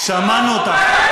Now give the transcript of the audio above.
שמענו אותך.